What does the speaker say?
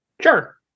sure